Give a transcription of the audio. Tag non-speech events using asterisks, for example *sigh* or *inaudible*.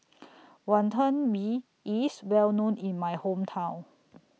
*noise* Wonton Mee IS Well known in My Hometown